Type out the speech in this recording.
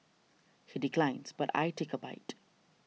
he declines but I take a bite